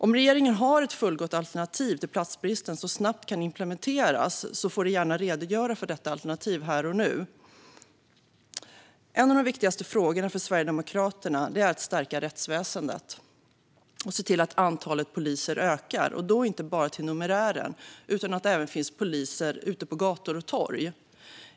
Om regeringen har ett fullgott alternativ till platsbristen som snabbt kan implementeras får man gärna redogöra för detta alternativ här och nu. En av de viktigaste frågorna för Sverigedemokraterna är att stärka rättsväsendet och se till att antalet poliser ökar, och då inte bara till numerären. Det ska även finnas poliser ute på gator och torg.